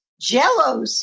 Jello